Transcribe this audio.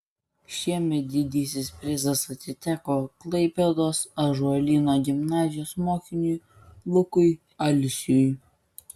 šiemet didysis prizas atiteko klaipėdos ąžuolyno gimnazijos mokiniui lukui alsiui